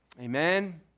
Amen